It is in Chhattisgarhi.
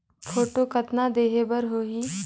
फोटो कतना देहें बर होहि?